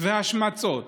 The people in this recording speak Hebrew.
והשמצות